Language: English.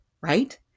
right